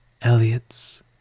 Eliot's